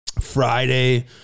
Friday